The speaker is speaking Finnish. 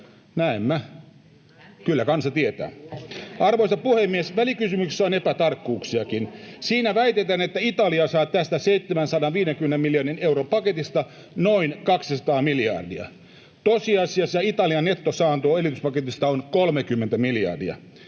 Näemmä, kyllä kansa tietää. Arvoisa puhemies! Välikysymyksessä on epätarkkuuksiakin. Siinä väitetään, että Italia saa tästä 750 miljardin euron paketista noin 200 miljardia — tosiasiassa Italian nettosaanto elvytyspaketista on 30 miljardia.